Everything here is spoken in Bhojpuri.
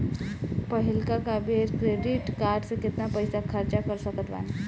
पहिलका बेर क्रेडिट कार्ड से केतना पईसा खर्चा कर सकत बानी?